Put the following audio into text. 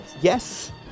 Yes